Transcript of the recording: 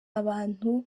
abantu